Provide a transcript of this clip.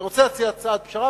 אני רוצה להציע הצעת פשרה,